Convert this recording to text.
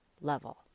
level